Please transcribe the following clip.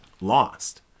lost